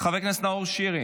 חבר הכנסת נאור שירי,